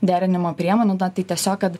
derinimo priemonių na tai tiesiog kad